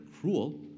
cruel